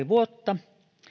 vuotta